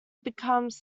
becomes